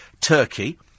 Turkey